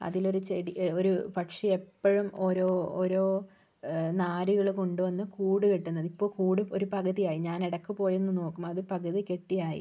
അതിലൊരു ചെടി ഒരു പക്ഷി എപ്പോഴും ഓരോ ഓരോ നാരുകൾ കൊണ്ടുവന്ന് കൂടുകെട്ടുന്നത് ഇപ്പോൾ കൂട് ഒരു പകുതിയായി ഞാൻ ഇടയ്ക്ക് പോയൊന്ന് നോക്കും അത് പകുതി കെട്ടിയായി